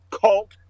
cult